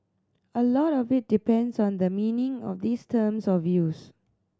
a lot of it depends on the meaning of these terms of use